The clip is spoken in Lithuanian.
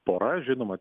pora žinoma